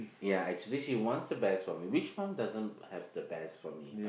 ya actually she wants the best for me which mum doesn't have the best for me